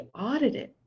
audited